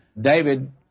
David